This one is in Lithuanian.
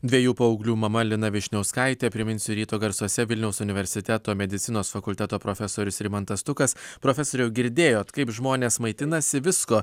dviejų paauglių mama lina vyšniauskaitė priminsiu ryto garsuose vilniaus universiteto medicinos fakulteto profesorius rimantas stukas profesoriau girdėjot kaip žmonės maitinasi visko